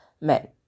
men